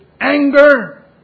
anger